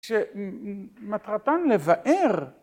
שמטרתן לבאר,